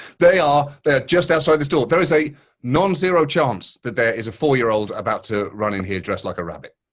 they are just outside this door. there's a nonzero chance that there is a four year old about to run in here dressed like a rabbit.